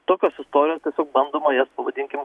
tokios istorijos tiesiog bandoma jas pavadinkim